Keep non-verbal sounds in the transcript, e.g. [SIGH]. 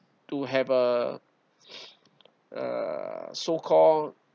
to have a uh [NOISE] uh so called